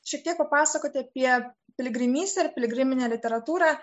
šiek tiek pasakoti apie piligrimystę ir piligriminę literatūrą